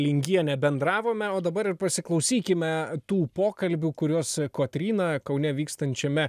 lingienė bendravome o dabar ir pasiklausykime tų pokalbių kuriuos kotryna kaune vykstančiame